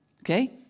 okay